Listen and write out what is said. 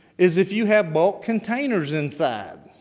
is if you have bulk containers inside.